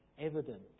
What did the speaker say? evident